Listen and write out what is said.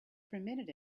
permitted